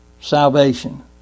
salvation